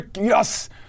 Yes